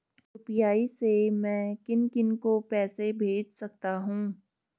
UPI से मैं किन किन को पैसे भेज सकता हूँ?